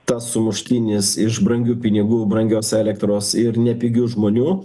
tas sumuštinis iš brangių pinigų brangios elektros ir nepigių žmonių